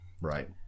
right